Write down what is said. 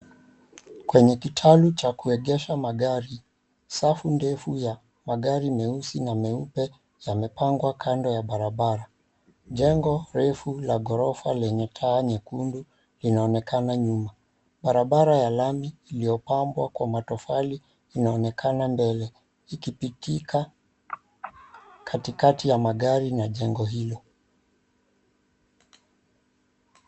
Kwenye kitalu cha kuegesha magari, safu ndefu ya magari meusi na meupe yamepangwa kando ya barabara. Jengo refu la ghorofa lenye taa nyekundu linaonekana nyuma. Barabara ya lami iliopambwa kwa matofali inaonekana mbele ikipitika katikati ya magari na jengo hilo.